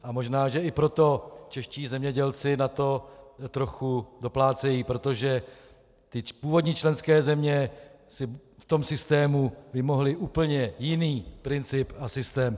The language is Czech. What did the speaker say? A možná, že i proto čeští zemědělci na to trochu doplácejí, protože původní členské země si v tom systému vymohly úplně jiný princip a systém.